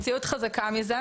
המציאות חזקה מזה,